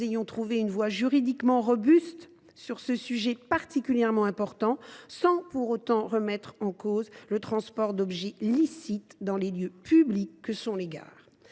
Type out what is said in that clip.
ayons trouvé une voie juridiquement robuste sur ce sujet particulièrement important sans pour autant remettre en cause le transport d’objets licites dans les lieux publics que sont les gares.